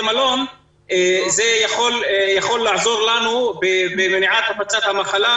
מלון זה יכול לעזור לנו במניעת הפצת המחלה,